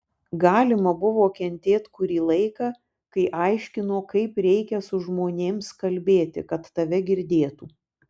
galima buvo kentėt kurį laiką kai aiškino kaip reikia su žmonėms kalbėti kad tave girdėtų